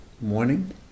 morning